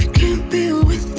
can't be with